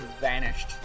vanished